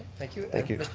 thank you. thank you.